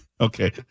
Okay